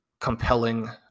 compelling